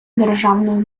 державною